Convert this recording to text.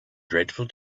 dreadful